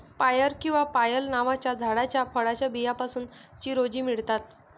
पायर किंवा पायल नावाच्या झाडाच्या फळाच्या बियांपासून चिरोंजी मिळतात